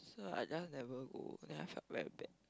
so I just never go then I felt very bad